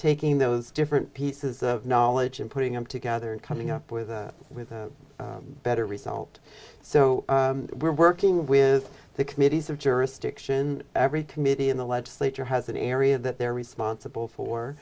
taking those different pieces of knowledge and putting them together and coming up with a better result so we're working with the committees of jurisdiction every community in the legislature has an area that they're responsible for